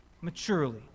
maturely